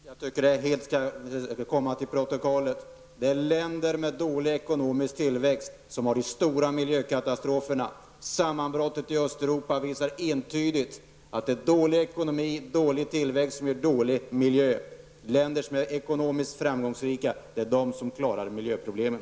Herr talman! Jag tycker att det skall tas till protokollet att det är länder med dålig ekonomisk tillväxt som har de stora miljökatastroferna. Sammanbrottet i Östeuropa visar entydigt att det är dålig ekonomi och dålig tillväxt som ger dålig miljö. Det är länder som är ekonomiskt framgångsrika som klarar miljöproblemen.